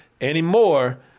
anymore